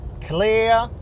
clear